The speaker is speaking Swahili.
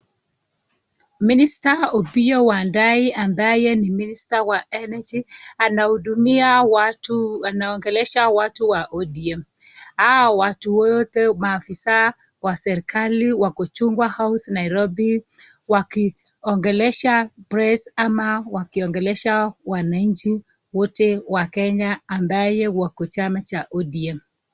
Minister Opiyo Wandai ambaye ni minister wa energy, anahudumia watu, anaongelesha watu wa ODM. Hao watu wote, maafisa wa serikali, wako Chungwa House wakiongelesha press ama wakiongelesha wananchi wote wa Kenya ambaye wako chama cha ODM.